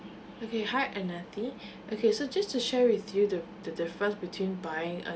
okay hi ananthiy okay so just to share with you the the difference between buying a